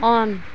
on